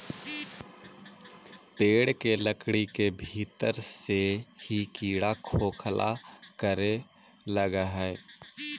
पेड़ के लकड़ी के भीतर से ही कीड़ा खोखला करे लगऽ हई